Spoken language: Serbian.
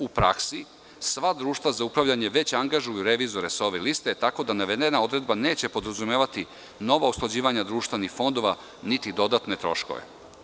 U praksi sva društva za upravljanje već angažuju revizore sa ove liste, tako da navedena odredba neće podrazumevati novo usklađivanje društvenih fondova niti dodatne troškove.